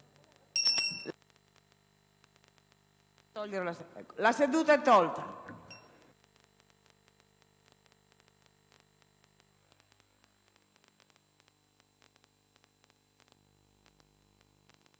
La seduta è tolta